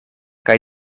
kaj